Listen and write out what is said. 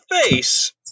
face